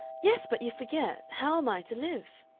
yes, but you forget how am i to live?